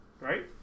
Right